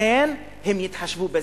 לכן הם יתחשבו בזה.